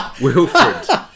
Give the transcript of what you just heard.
Wilfred